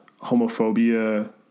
homophobia